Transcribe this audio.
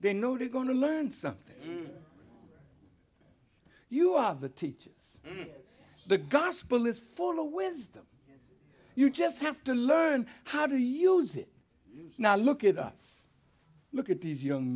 they know they're going to learn something you are the teacher the gospel is full of wisdom you just have to learn how to use it now look at us look at these young